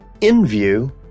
InView